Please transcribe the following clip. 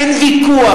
אין ויכוח,